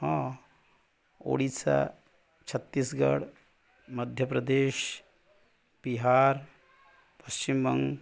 ହଁ ଓଡ଼ିଶା ଛତିଶଗଡ଼ ମଧ୍ୟପ୍ରଦେଶ ବିହାର ପଶ୍ଚିମବଙ୍ଗ